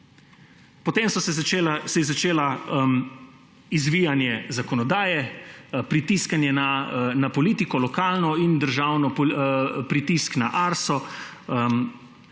Potem se je začelo izvijanje zakonodaji, pritiskanje na politiko, lokalno in državno, pritisk na Arso